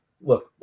Look